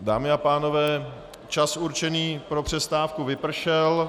Dámy a pánové, čas určený pro přestávku vypršel.